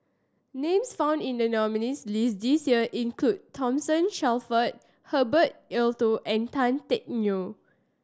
names found in the nominees' list this year include Thomas Shelford Herbert Eleuterio and Tan Teck Neo